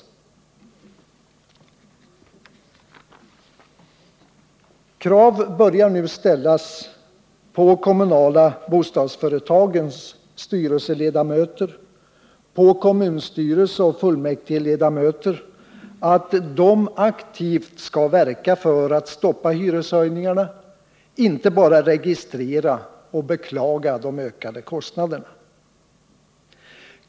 Krav börjar nu ställas på de kommunala bostadsföretagens styrelseledamöter liksom på kommunstyrelseoch fullmäktigeledamöter att de aktivt skall verka för att stoppa hyreshöjningar och inte bara med beklagande registrera de ökade kostnaderna.